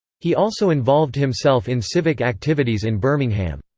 he also involved himself in civic activities in birmingham.